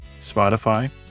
Spotify